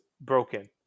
broken